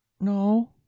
No